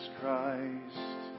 Christ